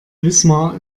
wismar